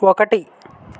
ఒకటి